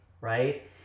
Right